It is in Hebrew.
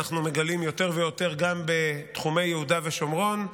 אנחנו מגלים יותר ויותר גם בתחומי יהודה ושומרון,